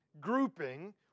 grouping